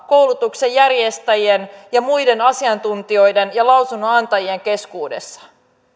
koulutuksen järjestäjien muiden asiantuntijoiden ja lausunnonantajien keskuudessa